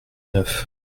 neuf